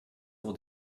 pour